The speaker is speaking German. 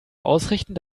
ausrichten